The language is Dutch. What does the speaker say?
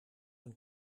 een